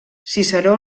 ciceró